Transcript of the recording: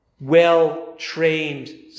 Well-trained